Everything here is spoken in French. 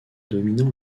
dominant